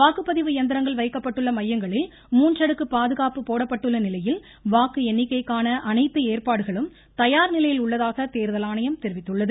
வாக்குப்பதிவு இயந்திரங்கள் வைக்கப்பட்டுள்ள மையங்களில் மூன்றடுக்கு பாதுகாப்பு போடப்பட்டுள்ள நிலையில் வாக்கு எண்ணிக்கைக்கான அனைத்து ஏற்பாடுகளும் தயார் நிலையில் உள்ளதாக தேர்தல் ஆணையம் தெரிவித்துள்ளது